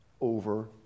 over